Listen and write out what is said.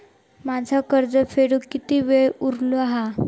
माझा कर्ज फेडुक किती वेळ उरलो हा?